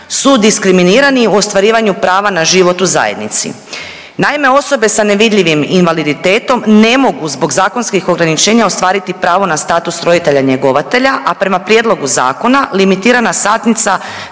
su diskriminirani u ostvarivanju prava na život u zajednici. Naime, osobe sa nevidljivim invaliditetom ne mogu zbog zakonskih ograničenja ostvariti pravo na status roditelja njegovatelja, a prema prijedlogu zakona limitirana satnica